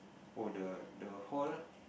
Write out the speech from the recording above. oh the the hall